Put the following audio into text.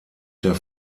der